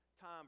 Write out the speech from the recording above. time